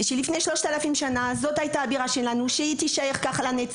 על כך שזו הייתה הבירה שלנו כבר לפני 3,000 שנה וכך תישאר לנצח,